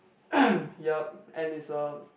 yup and it's a